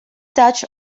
dutch